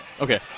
Okay